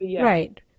right